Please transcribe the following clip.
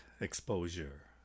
exposure